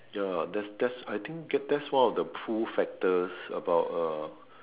ya that that's I think get that's one of the pull factors about uh